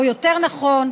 או יותר נכון,